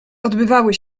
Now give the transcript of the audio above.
odbywały